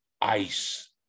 ice